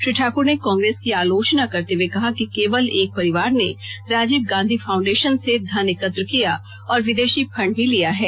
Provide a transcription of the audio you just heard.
श्री ठाकुर ने कांग्रेस की आलोचना करते हुए कहा कि केवल एक परिवार ने राजीव गांधी फाउंडेशन से धन एकत्र किया और विदेशी फंड भी लिया है